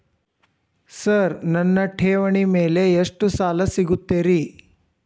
Sir ನನ್ನ ಠೇವಣಿ ಮೇಲೆ ಎಷ್ಟು ಸಾಲ ಸಿಗುತ್ತೆ ರೇ?